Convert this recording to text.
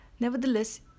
Nevertheless